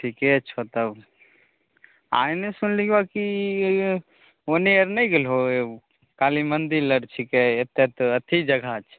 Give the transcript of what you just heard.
ठीके छऽ तब आयने सुनलियौ आर की ओने आर नहि गेलहो काली मन्दिर लग छीके एते तऽ अथि जगह छै